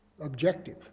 objective